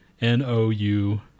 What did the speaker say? N-O-U